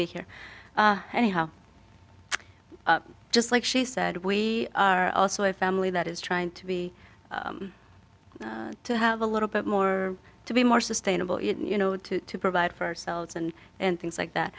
be here anyhow just like she said we are also a family that is trying to be to have a little bit more to be more sustainable you know to provide for ourselves and and things like that